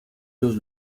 los